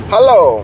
Hello